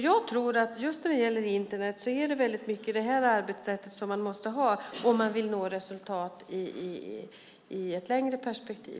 Jag tror att det är det här arbetssättet man måste ha när det gäller Internet om man vill nå resultat i ett längre perspektiv.